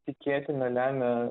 tikėtina lemia